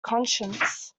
conscience